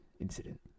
Incident